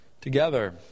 together